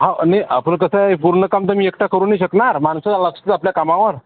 हो नाही आपण कसं आहे पूर्ण काम तर मी एकटा करू नाही शकणार माणसं लागतात आपल्या कामावर